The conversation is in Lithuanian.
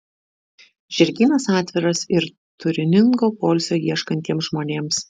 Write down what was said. žirgynas atviras ir turiningo poilsio ieškantiems žmonėms